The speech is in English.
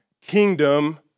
kingdom